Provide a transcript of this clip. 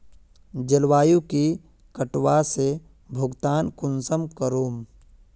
जलवायु के कटाव से भुगतान कुंसम करूम?